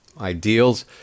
ideals